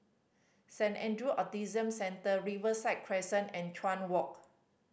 Saint Andrew Autism Centre Riverside Crescent and Chuan Walk